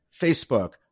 Facebook